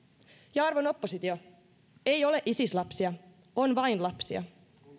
ja arvon oppositio ei ole isis lapsia on vain lapsia